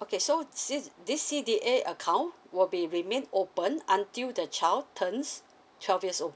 okay so this this C_D_A account will be remain open until the child turns twelve years old